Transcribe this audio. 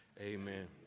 Amen